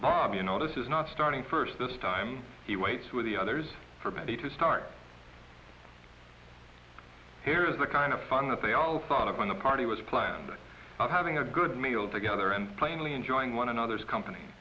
know this is not starting first this time he waits with the others for betty to start here is the kind of fun that they all thought of when the party was planned out having a good meal together and plainly enjoying one another's company